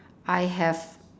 I have